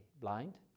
blind